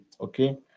okay